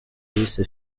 yise